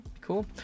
Cool